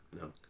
no